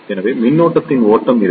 எனவே மின்னோட்டத்தின் ஓட்டம் இருக்கும்